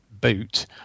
boot